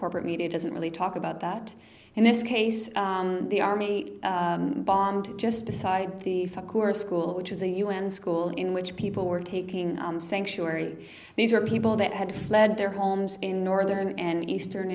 corporate media doesn't really talk about that in this case the army bombed just beside the fucker school which was a un school in which people were taking sanctuary these are people that had fled their homes in northern and eastern